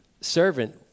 servant